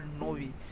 Novi